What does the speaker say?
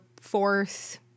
fourth